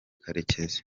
karekezi